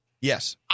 Yes